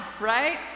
right